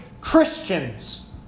Christians